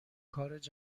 پارلی